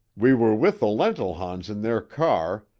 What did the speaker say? we were with the lentilhons in their car,